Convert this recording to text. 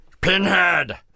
Pinhead